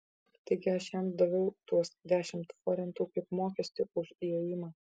taigi aš jam daviau tuos dešimt forintų kaip mokestį už įėjimą